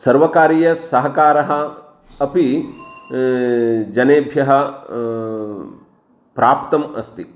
सर्वकारीयसहकारः अपि जनेभ्यः प्राप्तम् अस्ति